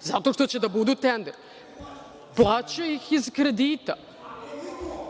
Zato što će da bude tender.(Balša Božović: